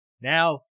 now